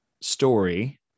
story